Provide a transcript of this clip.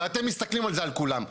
ואתם מסתכלים על זה, על כולם.